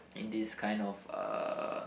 in this kind of uh